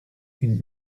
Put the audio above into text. une